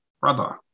brother